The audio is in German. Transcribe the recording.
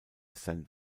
saint